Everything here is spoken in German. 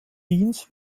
wiens